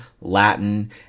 latin